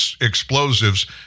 explosives